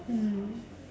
mm